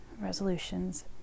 resolutions